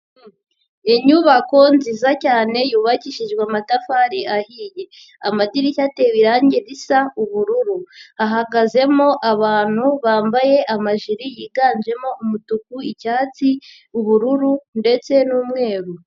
Inyubako nziza cyane yubakishijwe amatafari ahiye, amadirishya atera irangi risa ubururu, ahagazemo abantu bambaye amajiri yiganjemo umutuku, icyatsi, ubururu ndetse n'umweru.